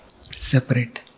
separate